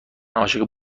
عاشق